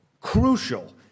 crucial